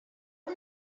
all